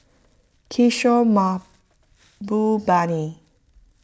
Kishore Mahbubani